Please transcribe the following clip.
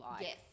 Yes